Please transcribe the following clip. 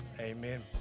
Amen